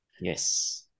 Yes